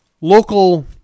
local